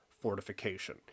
fortification